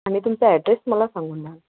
आनि तुमचा ॲड्रेस मला सांगून द्याल